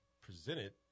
presented